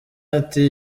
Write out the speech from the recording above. ati